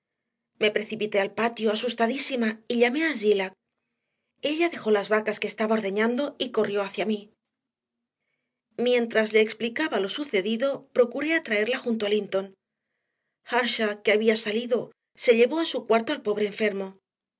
me precipité al patio asustadísima y llamé a zillah ella dejó las vacas que estaba ordeñando y corrió hacia mí mientras le explicaba lo sucedido procuré atraerla junto a linton earnshaw que había salido se llevó a su cuarto al pobre enfermo